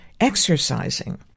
exercising